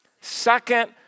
second